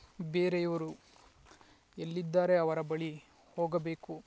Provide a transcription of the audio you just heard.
ಬೇರೆಯವರು ಎಲ್ಲಿದ್ದಾರೆ ಅವರ ಬಳಿ ಹೋಗಬೇಕು